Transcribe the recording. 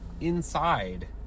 inside